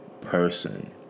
person